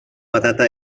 patata